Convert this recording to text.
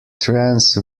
trance